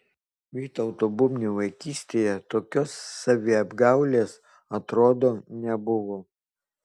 vytauto bubnio vaikystėje tokios saviapgaulės atrodo nebuvo